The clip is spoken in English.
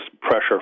pressure